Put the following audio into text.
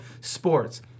sports